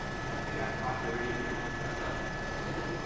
and they got caught doing it and they had to fess up. but they did it.